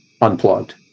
unplugged